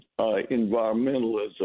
Environmentalism